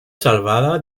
salvada